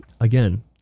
Again